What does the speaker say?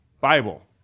Bible